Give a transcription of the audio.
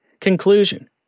Conclusion